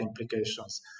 implications